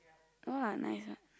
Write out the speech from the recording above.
no lah nice what